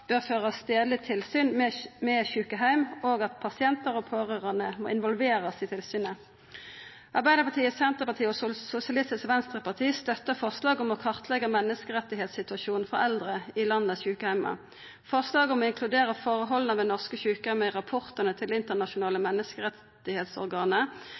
bør førast lokale tilsyn med sjukeheimar, og at pasientar og pårørande må involverast i tilsynet. Arbeidarpartiet, Senterpartiet og Sosialistisk Venstreparti støttar forslaget om å kartleggja menneskerettssituasjonen for eldre i landets sjukeheimar. Forslaget om å inkludera forholda ved norske sjukeheimar i rapportane til internasjonale